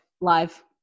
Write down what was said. Live